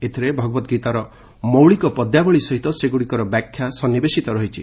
ଏଥିରେ ଭାଗବତ ଗୀତାର ମୌଳିକ ପଦ୍ୟାବଳି ସହିତ ସେଗୁଡ଼ିକର ବ୍ୟାଖ୍ୟା ସନ୍ନିବେଶିତ ହୋଇଛି